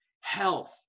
health